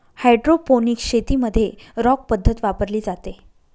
hydroponics शेतीमध्ये rock पद्धत वापरली जाते